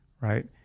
right